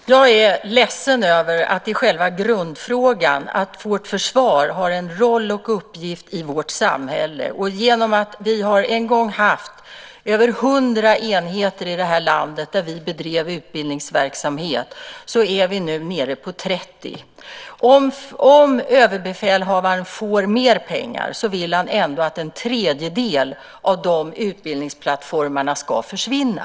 Fru talman! Jag är ledsen över att vårt försvar i själva grundfrågan har en roll och uppgift i vårt samhälle. Vi har en gång haft över 100 enheter i det här landet där vi bedrev utbildningsverksamhet och är nu nere på 30. Om överbefälhavaren får mer pengar vill han ändå att en tredjedel av de utbildningsplattformarna ska försvinna.